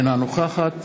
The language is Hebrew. אינה נוכחת